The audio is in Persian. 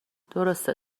درسته